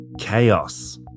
chaos